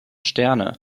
sterne